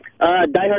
Diehard